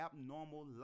abnormal